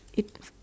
it's